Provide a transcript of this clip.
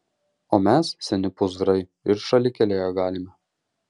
o mes seni pūzrai ir šalikelėje galime